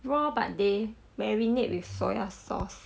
raw but they marinate with soy sauce